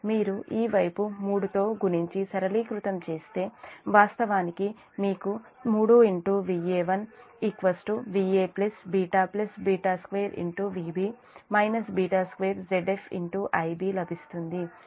మీరు ఈ వైపు 3 గుణించి సరళీకృతం చేస్తే వాస్తవానికి మీకు3Va1 Va β β2 Vb β2ZfIb లభిస్తుంది